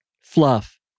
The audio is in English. Fluff